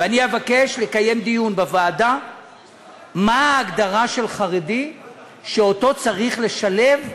ואני אבקש לקיים דיון בוועדה מה ההגדרה של חרדי שאותו צריך לשלב,